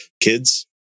kids